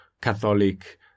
Catholic